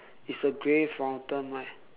it's a grey fountain right